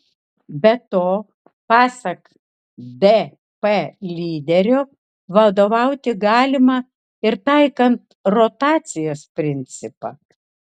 be to pasak dp lyderio vadovauti galima ir taikant rotacijos principą